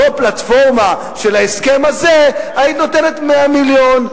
על אותה פלטפורמה של ההסכם הזה היית נותנת 100 מיליון,